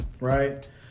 right